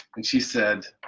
and she said,